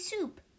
soup